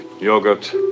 yogurt